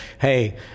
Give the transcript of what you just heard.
hey